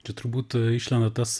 čia turbūt išlenda tas